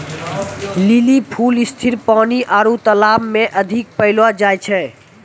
lily फूल स्थिर पानी आरु तालाब मे अधिक पैलो जाय छै